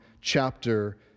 chapter